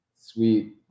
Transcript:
sweet